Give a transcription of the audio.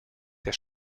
der